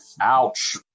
Ouch